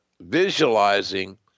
visualizing